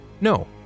No